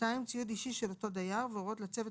(2)ציוד אישי של אותו דייר והוראות לצוות